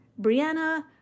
Brianna